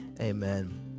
amen